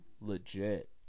legit